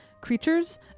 creatures